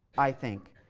i think,